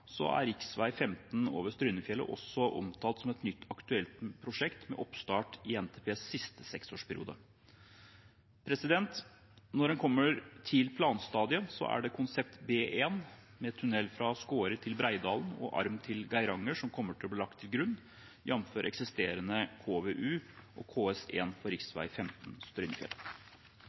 er rv. 15 over Strynefjellet også omtalt som et nytt aktuelt prosjekt med oppstart i NTPs siste seksårsperiode. Når en kommer til planstadiet, er det konsept B1, med tunnel fra Skåre til Breidalen og arm til Geiranger, som kommer til å bli lagt til grunn, jf. eksisterende KVU og KS1 for rv. 15